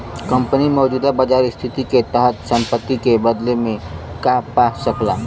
company मौजूदा बाजार स्थिति के तहत संपत्ति के बदले में का पा सकला